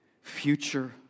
future